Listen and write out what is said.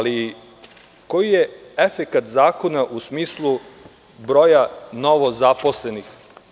Koji je efekat zakona u smislu broja novozaposlenih?